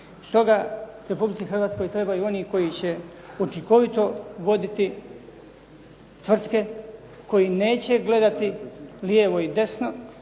Stoga Republici Hrvatskoj trebaju oni koji će učinkovito voditi tvrtke koje neće gledati lijevo i desno,